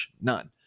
None